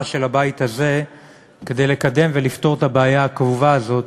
של הבית הזה כדי לקדם ולפתור את הבעיה הכאובה הזאת